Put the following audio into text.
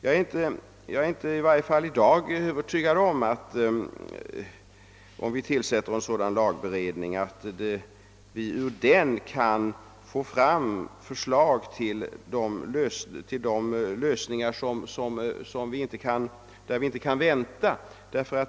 Jag är i varje fall i dag inte övertygad om att vi, om vi tillsätter en sådan lagberedning, kan få fram lösningar i tid i de fall där vi inte kan vänta med att vidtaga åtgärder.